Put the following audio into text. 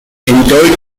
interred